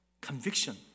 conviction